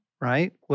right